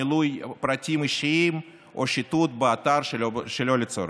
מילוי פרטים אישיים או שיטוט באתר שלא לצורך.